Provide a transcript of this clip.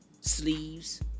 sleeves